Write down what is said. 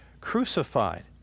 crucified